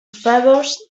favours